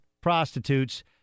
prostitutes